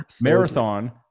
marathon